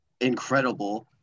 incredible